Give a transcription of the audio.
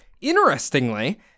Interestingly